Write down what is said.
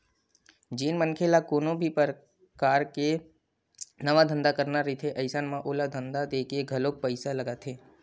जेन मनखे ल कोनो भी परकार के नवा धंधा करना रहिथे अइसन म ओला धंधा देखके घलोक पइसा लगथे